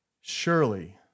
Surely